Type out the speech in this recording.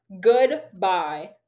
Goodbye